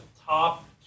top